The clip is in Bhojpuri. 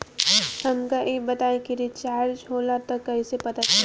हमका ई बताई कि रिचार्ज होला त कईसे पता चली?